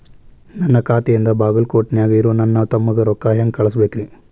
ನನ್ನ ಖಾತೆಯಿಂದ ಬಾಗಲ್ಕೋಟ್ ನ್ಯಾಗ್ ಇರೋ ನನ್ನ ತಮ್ಮಗ ರೊಕ್ಕ ಹೆಂಗ್ ಕಳಸಬೇಕ್ರಿ?